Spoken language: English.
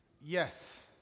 yes